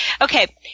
Okay